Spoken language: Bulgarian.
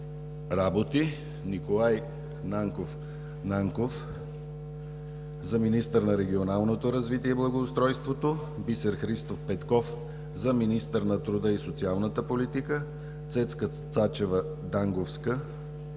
работи, - Николай Нанков Нанков – за министър на регионалното развитие и благоустройството, - Бисер Христов Петков – за министър на труда и социалната политика, - Цецка Цачева Данговска